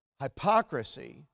Hypocrisy